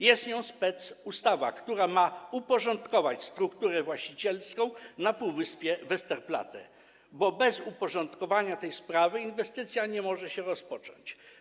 Jest to specustawa, która ma uporządkować strukturę właścicielską na półwyspie Westerplatte, bo bez uporządkowania tej sprawy inwestycja nie może się rozpocząć.